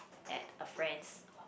at a friend's